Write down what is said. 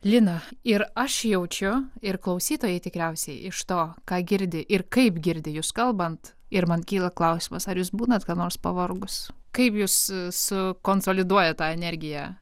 lina ir aš jaučiu ir klausytojai tikriausiai iš to ką girdi ir kaip girdi jus kalbant ir man kyla klausimas ar jūs būnat kam nors pavargus kaip jūs sukonsoliduojat tą energiją